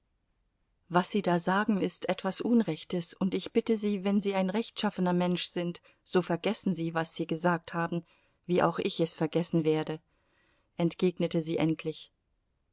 was sie da sagen ist etwas unrechtes und ich bitte sie wenn sie ein rechtschaffener mensch sind so vergessen sie was sie gesagt haben wie auch ich es vergessen werde entgegnete sie endlich